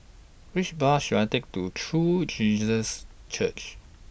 Which Bus should I Take to True Jesus Church